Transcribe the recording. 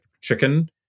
chicken